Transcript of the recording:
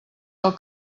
del